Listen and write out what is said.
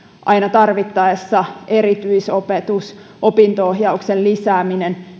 aina tarvittaessa erityisopetus ja opinto ohjauksen lisääminen